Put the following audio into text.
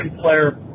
player